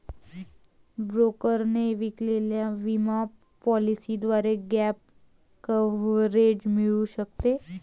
ब्रोकरने विकलेल्या विमा पॉलिसीद्वारे गॅप कव्हरेज मिळू शकते